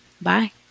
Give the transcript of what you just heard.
Bye